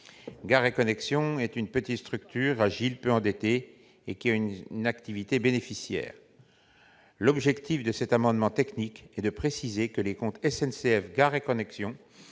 Gares & Connexions est une petite structure agile, peu endettée, dont l'activité est bénéficiaire. L'objet de cet amendement technique est de préciser que les comptes de SNCF Gares & Connexions